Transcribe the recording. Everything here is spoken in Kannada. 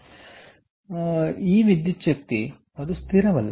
ಈಗ ವಿದ್ಯುಚ್ ಕ್ತಿಯ ಬೇಡಿಕೆಯು ಒಂದು ವ್ಯತ್ಯಾಸವನ್ನು ಹೊಂದಿದೆ ಎಂದು ನೋಡಿದರೆ ಅದು ಸ್ಥಿರವಲ್ಲ